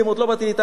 לא באתי להתעמת,